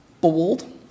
bold